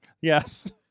Yes